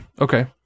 okay